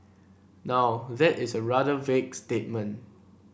now that is a rather vague statement